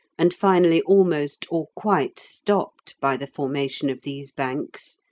and finally almost or quite stopped by the formation of these banks,